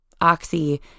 oxy